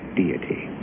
deity